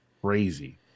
Crazy